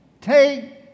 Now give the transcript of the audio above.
take